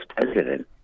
president